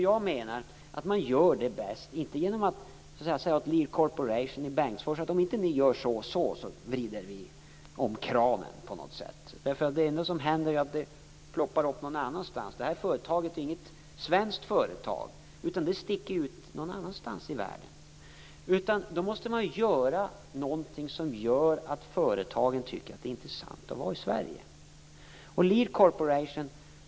Jag menar att man inte gör det bäst genom att säga till Lear Corporation i Bengtsfors att om de inte gör så och så vrider vi om kranen. Det enda som händer då är att företaget ploppar upp någon annanstans. Det är ju inte ett svenskt företag, och det kan sticka i väg någonstans i världen. Då måste man göra någonting som innebär att företagen tycker att det är intressant att vara i Sverige.